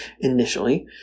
initially